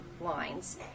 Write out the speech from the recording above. lines